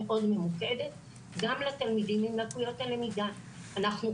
שמעורבת מאד בכל מה שקשור לתחום לקויות למידה אצל